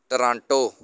Toronto